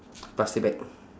plastic bag